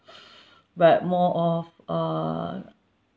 but more of uh